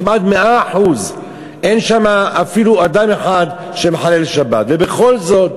כמעט 100%; אין שמה אפילו אדם אחד שמחלל שבת ובכל זאת